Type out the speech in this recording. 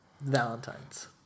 Valentine's